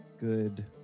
good